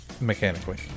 mechanically